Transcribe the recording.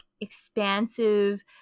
expansive